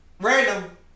Random